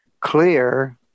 clear